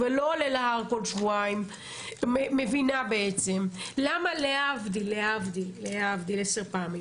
כל אלה הפכו למחזה יום יומי בהר הבית מאז שהביטחון חזר למקום.